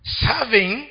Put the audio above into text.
serving